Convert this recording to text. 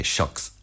Shocks